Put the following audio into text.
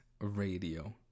radio